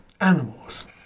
Animals